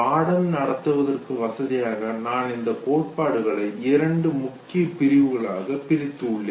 பாடம் நடத்துவதற்கு வசதியாக நான் இந்த கோட்பாடுகளை இரண்டு முக்கிய பிரிவுகளாக பிரித்து உள்ளேன்